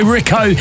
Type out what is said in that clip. Rico